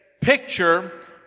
picture